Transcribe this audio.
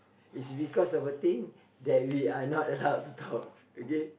is because of a thing that we are not allowed to talk okay